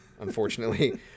Unfortunately